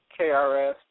KRS